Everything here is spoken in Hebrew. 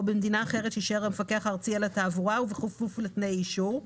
או במדינה אחרת שאישר המפקח הארצי על התעבורה ובכפוף לתנאי האישור,